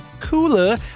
cooler